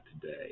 today